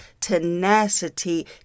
tenacity